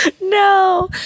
No